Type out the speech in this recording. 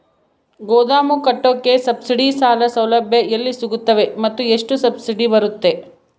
ಗೋದಾಮು ಕಟ್ಟೋಕೆ ಸಬ್ಸಿಡಿ ಸಾಲ ಸೌಲಭ್ಯ ಎಲ್ಲಿ ಸಿಗುತ್ತವೆ ಮತ್ತು ಎಷ್ಟು ಸಬ್ಸಿಡಿ ಬರುತ್ತೆ?